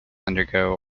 undergo